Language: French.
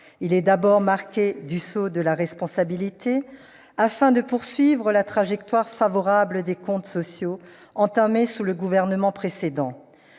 il est marqué du sceau de la responsabilité, car il poursuit la trajectoire favorable des comptes sociaux entamée sous le gouvernement précédent.